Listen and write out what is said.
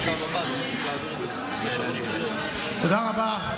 תודה רבה,